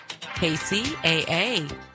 KCAA